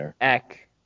Eck